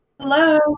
Hello